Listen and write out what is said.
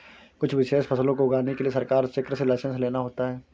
कुछ विशेष फसलों को उगाने के लिए सरकार से कृषि लाइसेंस लेना होता है